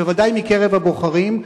ודאי מקרב הבוחרים,